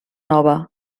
nova